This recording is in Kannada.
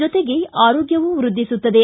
ಜತೆಗೆ ಆರೋಗ್ಯವೂ ವೃದ್ದಿಸುತ್ತದೆ